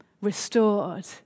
restored